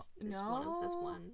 no